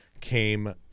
came